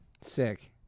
Sick